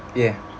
ya